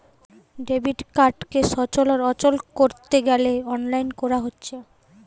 debit কার্ডকে সচল আর অচল কোরতে গ্যালে অনলাইন কোরা হচ্ছে